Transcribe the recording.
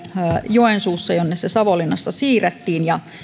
joensuussa jonne koulutus savonlinnasta siirrettiin ja